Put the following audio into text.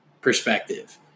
perspective